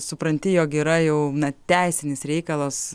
supranti jog yra jau na teisinis reikalas